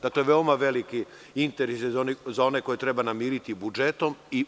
Dakle veoma veliki interes je za one koje treba namiriti buterom.